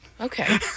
okay